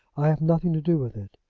i have nothing to do with it.